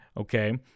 okay